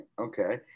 Okay